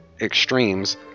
extremes